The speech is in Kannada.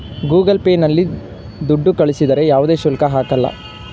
ಗೂಗಲ್ ಪೇ ನಲ್ಲಿ ದುಡ್ಡು ಕಳಿಸಿದರೆ ಯಾವುದೇ ಶುಲ್ಕ ಹಾಕಲ್ಲ